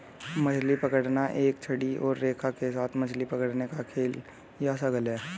मछली पकड़ना एक छड़ी और रेखा के साथ मछली पकड़ने का खेल या शगल है